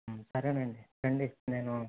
సరే అండి రండి నేను